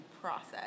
process